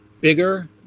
bigger